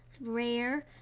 rare